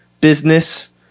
business